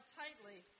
tightly